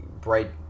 bright